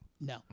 No